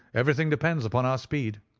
everything depends upon our speed.